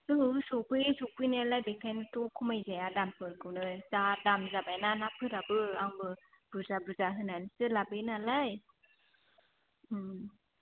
औ सौफैयो सौफैनायालाय बेखायनोथ' खमाय जाया दामफोरखौनो जा दाम जाबायना नाफोराबो आंबो बुरजा बुरजा होनानैसो लाबोयो नालाय